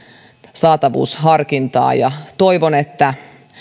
saatavuusharkintaa ja toivon että